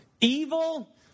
evil